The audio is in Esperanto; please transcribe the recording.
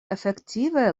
efektive